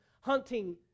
hunting